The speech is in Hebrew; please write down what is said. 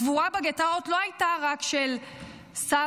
הגבורה בגטאות לא הייתה רק של שרנקה,